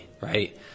right